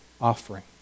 offering